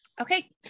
Okay